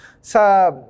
sa